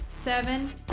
seven